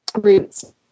roots